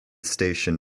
station